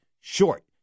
short